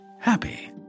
happy